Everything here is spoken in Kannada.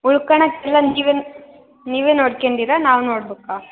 ಉಳ್ಕಳೋಕ್ ಎಲ್ಲ ನೀವೇ ನೀವೇ ನೋಡ್ಕ್ಯಂಡಿರ ನಾವು ನೋಡ್ಬಕಾ